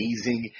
amazing